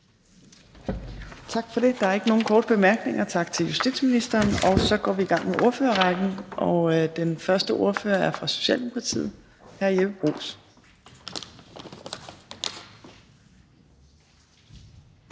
Der er ikke nogen korte bemærkninger, og så går vi i gang med ordførerrækken og den første ordfører er fra Socialdemokratiet. Hr. Jeppe Bruus,